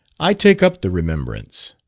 i take up the remembrance.